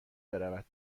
برود